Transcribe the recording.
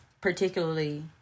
particularly